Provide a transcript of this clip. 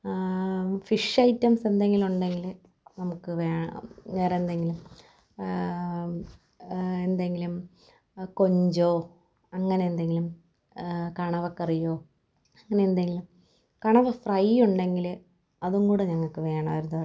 fish items എന്തെങ്കിലും ഉണ്ടെങ്കിൽ നമുക്കു വേണം വേറെന്തെങ്കിലും എന്തെങ്കിലും കൊഞ്ചോ അങ്ങനെ എന്തെങ്കിലും കണവക്കറിയോ അങ്ങനെയെന്തെങ്കിലും കണവ ഫ്രൈയുണ്ടെങ്കിൽ അതും കൂടി ഞങ്ങൾക്കു വേണാമായിരുന്നു കേട്ടോ